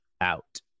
out